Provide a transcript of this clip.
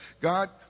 God